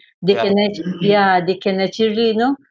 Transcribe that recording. they can actu~ ya they can actually you know